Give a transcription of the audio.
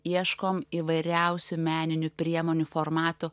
ieškom įvairiausių meninių priemonių formatų